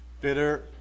Bitter